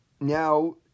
now